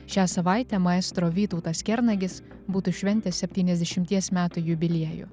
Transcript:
šią savaitę maestro vytautas kernagis būtų šventęs septyniasdešimties metų jubiliejų